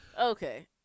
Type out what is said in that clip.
Okay